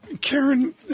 Karen